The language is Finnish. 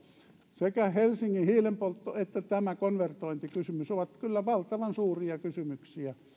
sekä helsingin hiilenpoltto että tämä konvertointikysymys ovat kyllä valtavan suuria kysymyksiä